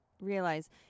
realize